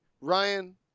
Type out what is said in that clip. Ryan